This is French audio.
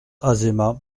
azéma